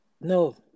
No